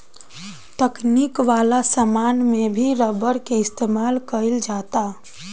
तकनीक वाला समान में भी रबर के इस्तमाल कईल जाता